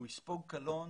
הוא יספוג קלון